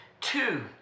Two